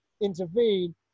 intervene